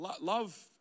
love